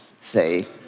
say